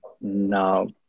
No